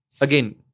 Again